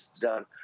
done